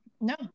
No